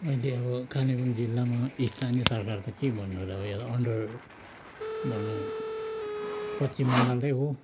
अहिले अब कालेबुङ जिल्लामा स्थानीय सरकार त के भन्नु र अन्डर भनौँ पश्चिम बङ्गालकै हो